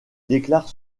déclare